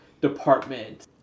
department